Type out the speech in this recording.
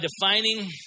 defining